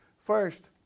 First